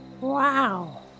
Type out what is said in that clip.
Wow